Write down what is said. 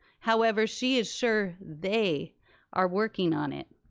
however, she is sure they are working on it,